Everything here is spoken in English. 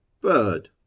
Bird